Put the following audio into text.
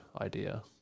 idea